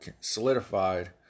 solidified